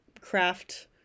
craft –